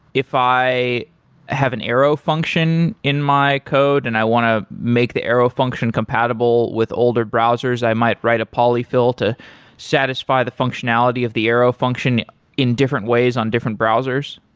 if i have an arrow function in my code and i want to make the arrow function compatible with older browsers, i might write a polyfill to satisfy the functionality of the arrow function in different ways on different browsers?